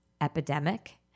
epidemic